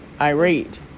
irate